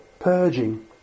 Purging